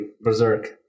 berserk